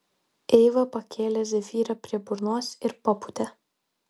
eiva pakėlė zefyrą prie burnos ir papūtė